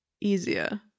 easier